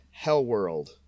Hellworld